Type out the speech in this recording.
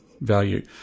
value